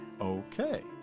Okay